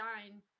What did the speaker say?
shine